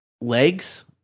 legs